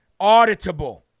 auditable